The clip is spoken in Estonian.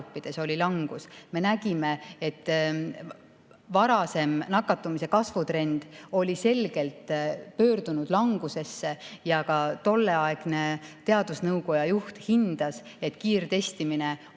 Me nägime, et varasem nakatumise kasvutrend oli selgelt pöördunud langusesse. Ka tolleaegne teadusnõukoja juht hindas, et kiirtestimine on